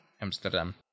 Amsterdam